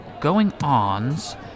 going-ons